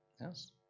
Yes